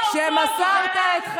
מה, אנחנו בקואליציה?